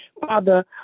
Father